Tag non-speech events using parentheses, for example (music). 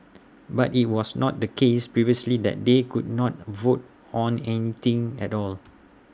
(noise) but IT was not the case previously that they could not vote on anything at all